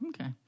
Okay